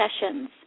sessions